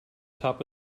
top